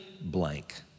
blank